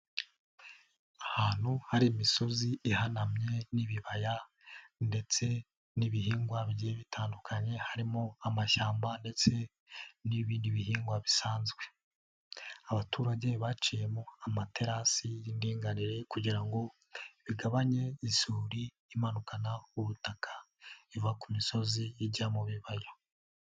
Ahantu hari imisozi ihanamye n'ibibaya ndetse n'ibihingwa bigiye bitandukanye, harimo amashyamba ndetse n'ibindi bihingwa bisanzwe. Abaturage baciyemo amaterasi y'indinganire kugira ngo bigabanye isuri imanukana ubutaka, iva ku misozi ijya mu bibaya.